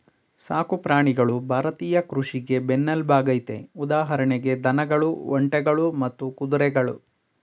ಸಾಕು ಪ್ರಾಣಿಗಳು ಭಾರತೀಯ ಕೃಷಿಗೆ ಬೆನ್ನೆಲ್ಬಾಗಯ್ತೆ ಉದಾಹರಣೆಗೆ ದನಗಳು ಒಂಟೆಗಳು ಮತ್ತೆ ಕುದುರೆಗಳು